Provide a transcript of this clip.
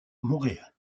montréal